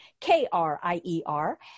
K-R-I-E-R